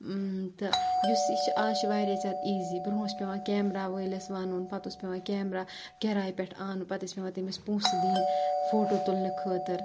تہٕ یُس یہِ چھِ آز چھِ واریاہ زیادٕ ایٖزی برونٛہہ اوس پؠوان کیمرہ وٲلِس وَنُن پَتہٕ اوس پؠوان کیمرہ کِراے پؠٹھ پؠوان اَنُن پَتہٕ ٲسۍ پؠوان تٔمِس پونسٕہ دِنۍ فوٹو تُلنہٕ خٲطرٕ